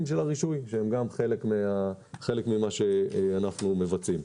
הרישוי שהם גם חלק ממה שאנחנו מבצעים.